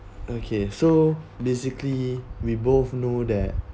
okay so basically we both know that